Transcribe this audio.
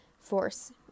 force